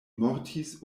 mortis